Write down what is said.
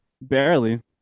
Barely